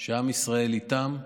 שעם ישראל איתם,